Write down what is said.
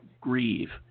grieve